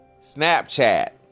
Snapchat